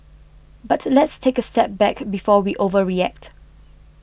but let's take a step back before we overreact